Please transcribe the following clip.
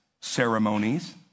ceremonies